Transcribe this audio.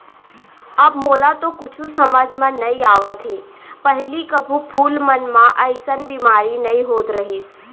अब मोला तो कुछु समझ म नइ आवत हे, पहिली कभू फूल मन म अइसन बेमारी नइ होत रहिस